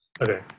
Okay